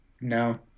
no